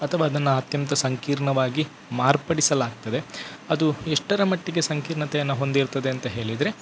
ಅಥವಾ ಅದನ್ನು ಅತ್ಯಂತ ಸಂಕೀರ್ಣವಾಗಿ ಮಾರ್ಪಡಿಸಲಾಗ್ತದೆ ಅದು ಎಷ್ಟರ ಮಟ್ಟಿಗೆ ಸಂಕೀರ್ಣತೆಯನ್ನು ಹೊಂದಿರ್ತದೆ ಅಂತ ಹೇಳಿದರೆ